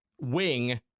wing